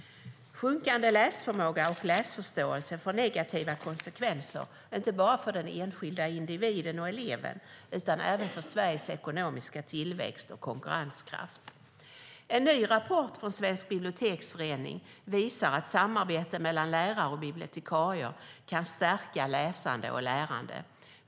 Sjunkande läsförmåga och läsförståelse får negativa konsekvenser, inte bara för den enskilde individen och eleven utan även för Sveriges ekonomiska tillväxt och konkurrenskraft. En ny rapport från Svensk biblioteksförening visar att samarbete mellan lärare och bibliotekarier kan stärka läsande och lärande.